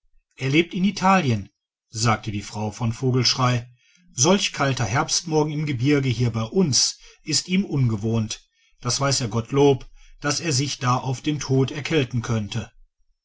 er lebt in italien sagte die frau von vogelschrey solch kalter herbstmorgen im gebirge hier bei uns ist ihm ungewohnt das weiß er gottlob daß er sich da auf den tod erkälten könnte